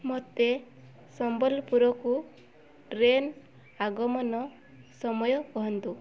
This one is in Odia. ମୋତେ ସମ୍ବଲପୁରକୁ ଟ୍ରେନ୍ ଆଗମନ ସମୟ କୁହନ୍ତୁ